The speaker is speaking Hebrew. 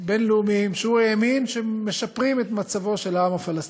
בין-לאומיים שהוא האמין שמשפרים את מצבו של העם הפלסטיני.